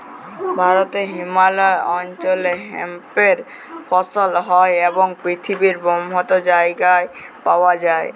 ভারতে হিমালয় অল্চলে হেম্পের ফসল হ্যয় এবং পিথিবীর বহুত জায়গায় পাউয়া যায়